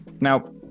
Now